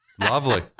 Lovely